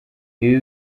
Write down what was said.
ibi